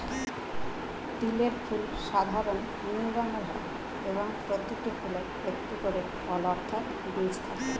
তিলের ফুল সাধারণ নীল রঙের হয় এবং প্রতিটি ফুলে একটি করে ফল অর্থাৎ বীজ থাকে